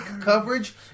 coverage